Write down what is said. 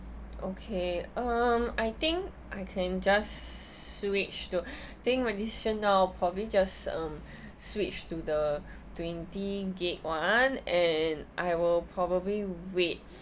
okay um I think I can just switch to think my decision now probably just um switch to the twenty gig one and I will probably wait